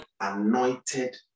anointed